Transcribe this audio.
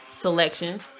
Selection